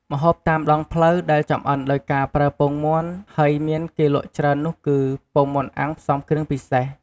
ម្ហូបតាមដងផ្លូវដែលចម្អិនដោយការប្រើពងមាន់ ហើយមានគេលក់ច្រើននោះគឺ ពងមាន់អាំងផ្សំគ្រឿងពិសេស។